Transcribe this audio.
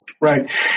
Right